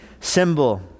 symbol